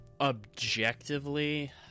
objectively